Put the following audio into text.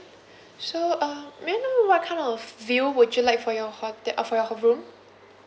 so uh may I know what kind of view would you like for your hotel uh for your room